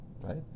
right